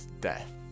death